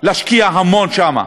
להשקיע המון שם,